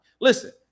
listen